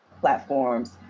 platforms